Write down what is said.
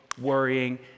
worrying